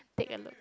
take a look